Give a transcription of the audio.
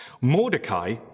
Mordecai